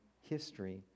history